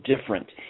different